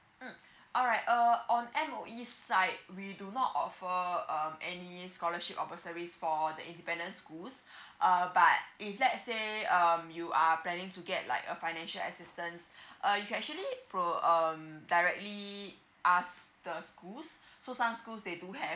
mm alright uh on M_O_E side we do not offer uh any scholarship or bursary for the independence schools uh but if let's say um you are planning to get like a financial assistance uh you can actually pro~ um directly ask the schools so some schools they do have